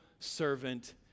servant